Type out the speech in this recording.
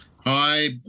Hi